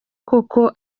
koko